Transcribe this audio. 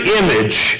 image